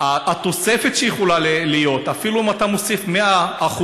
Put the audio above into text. התוספת שיכולה להיות, אפילו אם אתה מוסיף 100%,